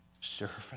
servant